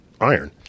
iron